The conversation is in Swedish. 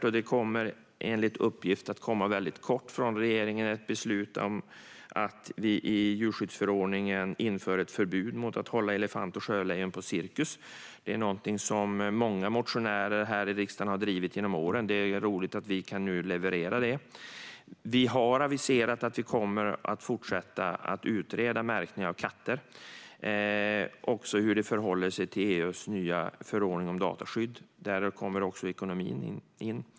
Enligt uppgift kommer det inom kort att komma ett beslut från regeringen om att i djurskyddsförordningen införa ett förbud mot att hålla elefanter och sjölejon på cirkus. Detta är någonting som många motionärer här i riksdagen har drivit genom åren, och det är roligt att vi nu kan leverera det. Vi har aviserat att vi kommer att fortsätta att utreda märkning av katter, även hur detta förhåller sig till EU:s nya förordning om dataskydd. Där kommer också ekonomin in.